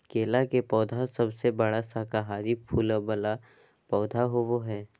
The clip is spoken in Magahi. केला के पौधा सबसे बड़ा शाकाहारी फूल वाला पौधा होबा हइ